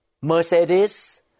Mercedes